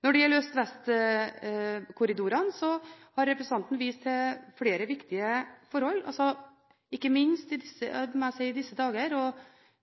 Når det gjelder øst–vest-korridorene, har representanten vist til flere viktige forhold. I disse dager vil man